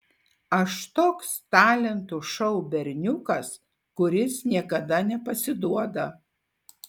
aš toks talentų šou berniukas kuris niekada nepasiduoda